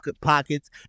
pockets